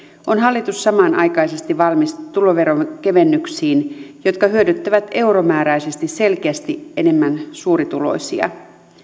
on hallitus samanaikaisesti valmis tuloveronkevennyksiin jotka hyödyttävät euromääräisesti selkeästi enemmän suurituloisia